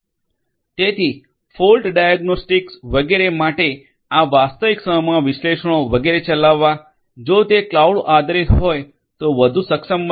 તેથી fault diagnostics વગેરે માટે આ વાસ્તવિક સમયમાં વિશ્લેષણો વગેરે ચલાવવા જો તે ક્લાઉડ આધારિત હોય તો વધુ સક્ષમ બનશે